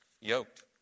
yoked